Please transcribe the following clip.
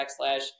backslash